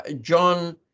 John